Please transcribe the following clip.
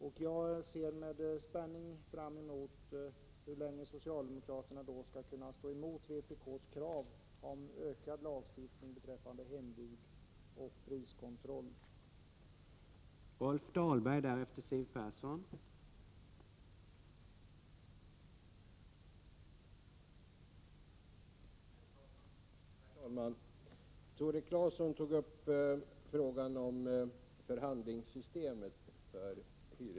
Det skall bli intressant att se hur länge socialdemokraterna kan stå emot vpk:s krav om ökad lagstiftning beträffande hembud och priskontroll.